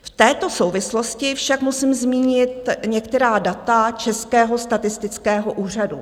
V této souvislosti však musím zmínit některá data Českého statistického úřadu.